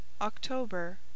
October